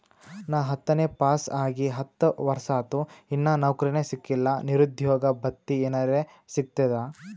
ನಾ ಹತ್ತನೇ ಪಾಸ್ ಆಗಿ ಹತ್ತ ವರ್ಸಾತು, ಇನ್ನಾ ನೌಕ್ರಿನೆ ಸಿಕಿಲ್ಲ, ನಿರುದ್ಯೋಗ ಭತ್ತಿ ಎನೆರೆ ಸಿಗ್ತದಾ?